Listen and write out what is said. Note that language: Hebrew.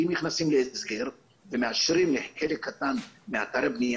כי אם נכסים להסגר ומאשרים לחלק קטן מאתרי הבנייה